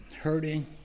hurting